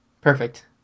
perfect